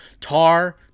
tar